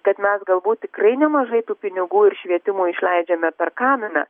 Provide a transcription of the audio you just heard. kad mes galbūt tikrai nemažai tų pinigų ir švietimui išleidžiame per kaminą